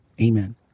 amen